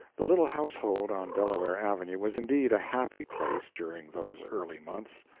the little household on delaware avenue was indeed a happy place during those early months.